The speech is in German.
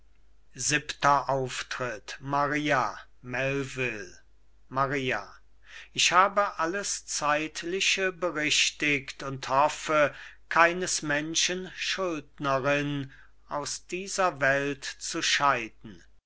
entfernen sich maria melvil maria ich habe alles zeitliche berichtigt und hoffe keines menschen schuldnerin aus dieser welt zu scheiden